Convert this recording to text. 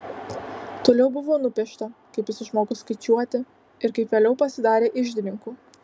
toliau buvo nupiešta kaip jis išmoko skaičiuoti ir kaip vėliau pasidarė iždininku